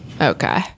okay